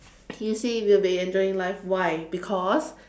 he say we'll be enjoying life why because